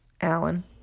Alan